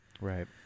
Right